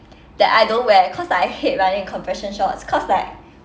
that I don't wear cause like I hate running in compression shorts cause like